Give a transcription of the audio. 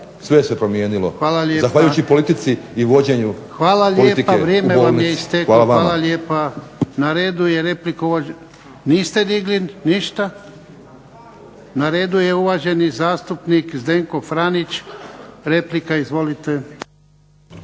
sve se promijenilo zahvaljujući politici i vođenju politike u bolnici. **Jarnjak, Ivan